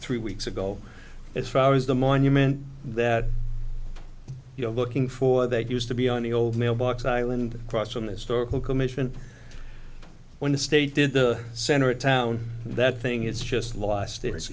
three weeks ago as far as the monument that you're looking for that used to be on the old mailbox island across from the historical commission when the state did the center of town that thing it's just lost